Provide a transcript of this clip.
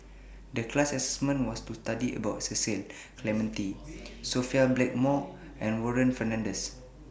The class assignment was to study about Cecil Clementi Sophia Blackmore and Warren Fernandez